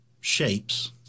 shapes